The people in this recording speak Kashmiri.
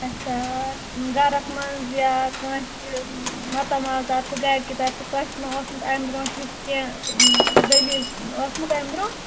اچھا گَرَس منٛز یا کٲنٛسہِ ماتامال طرفہٕ گَرِ کہِ طرفہٕ کٲنٛسہِ نا اوسمُت اَمہِ برونٛٹھ یُس کیٚنٛہہ دٔلیٖل ٲسمٕژ اَمہِ برٛونٛہہ